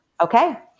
Okay